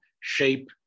shape